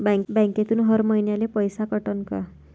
बँकेतून हर महिन्याले पैसा कटन का?